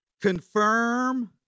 confirm